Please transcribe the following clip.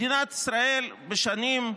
מדינת ישראל בשנים,